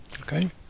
Okay